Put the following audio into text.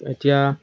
এতিয়া